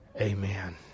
Amen